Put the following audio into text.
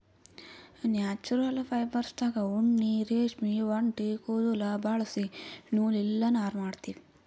natural ಫೈಬರ್ಸ್ದಾಗ್ ಉಣ್ಣಿ ರೇಷ್ಮಿ ಒಂಟಿ ಕುದುಲ್ ಬಳಸಿ ನೂಲ್ ಇಲ್ಲ ನಾರ್ ಮಾಡ್ತೀವಿ